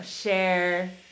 share